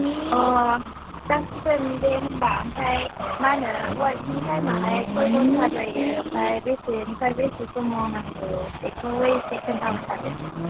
अ जासिगोन दे होमब्ला ओमफाय मा होनो अवर्किं टाइमाहाय खय घन्टा जायो ओमफ्राय बेसेनिफ्राय बेसे सम मावनांगौ बेखौहाय एसे खोन्थाहरखादो